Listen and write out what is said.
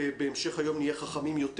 בהמשך היום נהיה חכמים יותר.